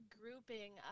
grouping